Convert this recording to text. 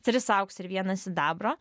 tris aukso ir vieną sidabro